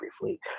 briefly